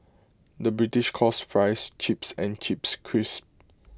the British calls Fries Chips and Chips Crisps